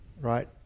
right